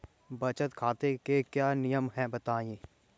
बचत खाते के क्या नियम हैं बताएँ?